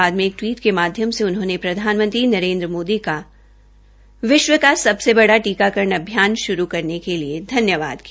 बाद में एक ट्वीट के माध्यम से उन्होंने प्रधानमंत्री नरेन्द्र मोदी का विष्व का सबसे बड़ा टीकाकरण अभियान शुरू करने के लिए धन्यवाद किया